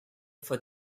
for